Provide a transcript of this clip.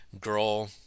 girl